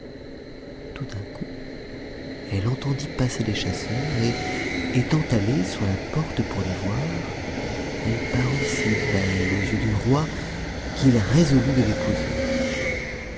tout d'un coup elle entendit passer des chasseurs et étant allée sur la porte pour les voir elle parut si belle aux yeux du roi qu'il résolut de l'épouser